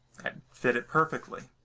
that fit it perfectly.